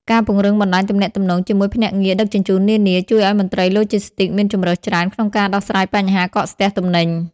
ការពង្រឹងបណ្តាញទំនាក់ទំនងជាមួយភ្នាក់ងារដឹកជញ្ជូននានា ជួយឱ្យមន្ត្រីឡូជីស្ទីកមានជម្រើសច្រើនក្នុងការដោះស្រាយបញ្ហាកកស្ទះទំនិញ។